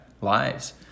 lives